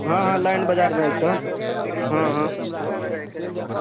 हँ हँ लाइन बाजार मे छ हँ हँ